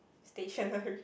stationery